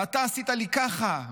ואתה עשית לי ככה,